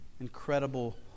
incredible